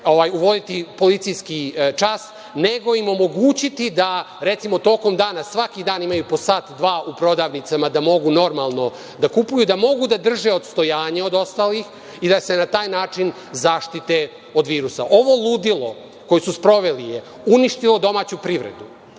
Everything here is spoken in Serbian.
uvoditi policijski čas, nego im omogućiti da recimo, tokom dana, svaki dan imaju po sat, dva da u prodavnicama mogu normalno da kupuju, da mogu da drže odstojanje od ostalih i da se na taj način zaštite od virusa. Ovo ludilo koje su sproveli je uništilo domaću privredu.